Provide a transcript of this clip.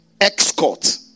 escort